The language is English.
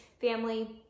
family